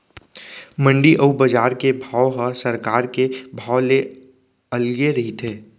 मंडी अउ बजार के भाव ह सरकार के भाव ले अलगे रहिथे